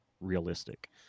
realistic